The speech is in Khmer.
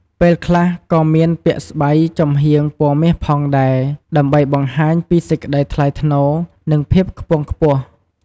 ពេលខ្លះក៏មានពាក់ស្បៃចំហៀងពណ៌មាសផងដែរ ដើម្បីបង្ហាញពីសេចក្ដីថ្លៃថ្នូរ និង ភាពខ្ពង់ខ្ពស់។